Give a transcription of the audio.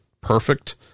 perfect